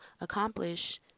accomplish